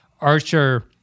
Archer